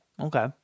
Okay